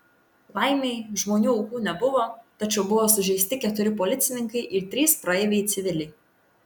laimei žmonių aukų nebuvo tačiau buvo sužeisti keturi policininkai ir trys praeiviai civiliai